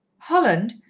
holland!